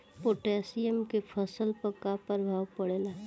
Potassium के फसल पर का प्रभाव पड़ेला?